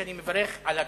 שאני מברך על הצעתה.